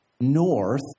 north